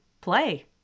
play